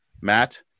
Matt